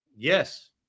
Yes